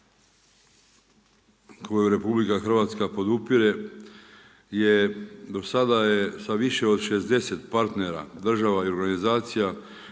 koju RH podupire je, do sada je sa više od 60 partnera država i organizacija